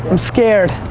i'm scared.